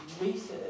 research